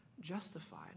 justified